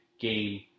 Game